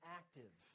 active